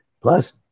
plus